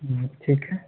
ہوں ٹھیک ہے